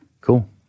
Cool